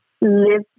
live